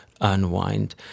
unwind